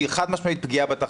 שהיא חד-משמעית פגיעה בתחרות?